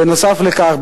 בנוסף לכך,